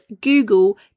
Google